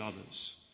others